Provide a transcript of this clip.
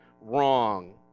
wrong